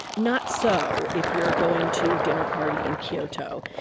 not so if you're going to a dinner party in kyoto.